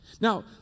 Now